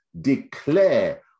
declare